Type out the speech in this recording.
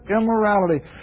immorality